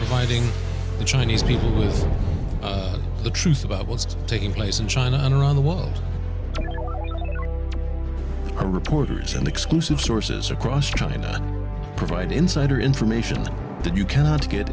fighting the chinese people is the truth about what's taking place in china and around the world are reporters and exclusive sources across china provide insider information that you cannot get